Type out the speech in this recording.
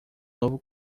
novo